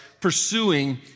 pursuing